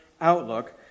outlook